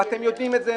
ואתם יודעים את זה,